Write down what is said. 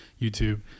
YouTube